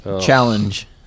challenge